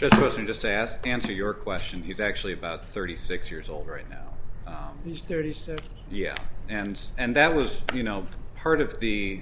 just wasn't just asked answer your question he's actually about thirty six years old right now he's thirty seven yes and and that was you know part of the